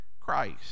Christ